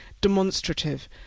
demonstrative